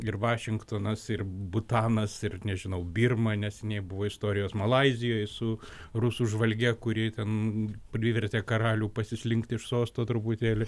ir vašingtonas ir butanas ir nežinau birma neseniai buvo istorijos malaizijoj su rusų žvalge kuri ten privertė karalių pasislinkti iš sosto truputėlį